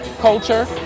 culture